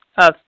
Yes